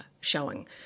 showing